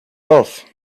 off